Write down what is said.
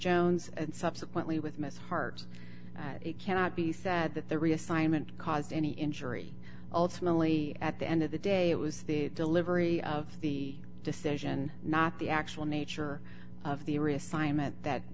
jones and subsequently with miss hart that it cannot be said that the reassignment caused any injury ultimately at the end of the day it was the delivery of the decision not the actual nature of the